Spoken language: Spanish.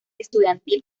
estudiantil